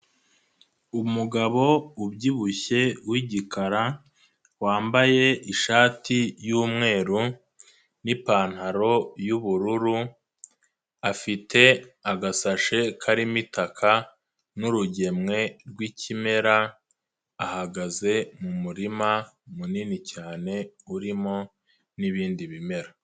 Umugabo ubyibushye w'igikara wambaye ishati y'umweru n'ipantaro y'ubururu afite agasashe karimo itaka n'urugemwe rw'ikimera ahagaze mumuma munini cyane urimo n'ibindi bimera.